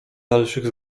dalszych